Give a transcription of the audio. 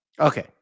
Okay